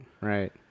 right